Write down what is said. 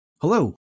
Hello